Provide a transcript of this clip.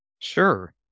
Sure